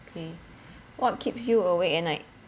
okay what keeps you awake at night